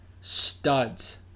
studs